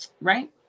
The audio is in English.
right